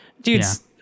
dudes